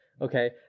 Okay